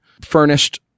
furnished